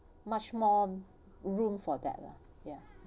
much more room for that lah ya